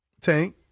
Tank